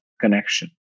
connection